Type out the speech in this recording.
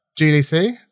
GDC